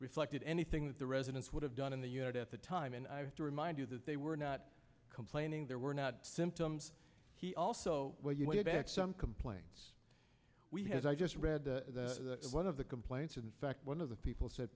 reflected anything that the residents would have done in the unit at the time and i have to remind you that they were not complaining there were not symptoms he also when you get back some complaints we had i just read the one of the complaints in fact one of the people said